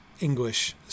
English